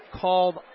called